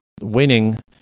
winning